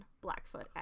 blackfoot